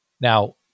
now